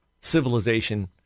civilization